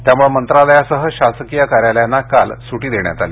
त्यामुळे मंत्रालयासह शासकीय कार्यालयांना काल सुट्टी देण्यात आली